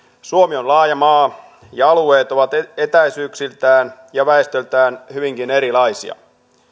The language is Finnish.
suomi on laaja maa ja alueet ovat etäisyyksiltään ja väestöltään hyvinkin erilaisia